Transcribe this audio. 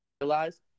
realize